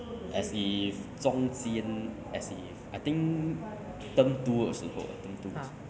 as if 中间 as if I think term two 的时候 term two 的时候